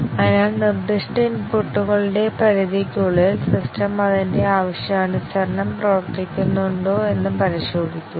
അതിനാൽ നിർദ്ദിഷ്ട ഇൻപുട്ടുകളുടെ പരിധിക്കുള്ളിൽ സിസ്റ്റം അതിന്റെ ആവശ്യാനുസരണം പ്രവർത്തിക്കുന്നുണ്ടോയെന്ന് പരിശോധിക്കുക